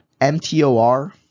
MTOR